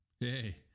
Hey